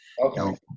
Okay